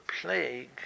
plague